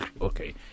Okay